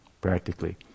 practically